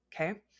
Okay